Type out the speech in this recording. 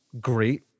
Great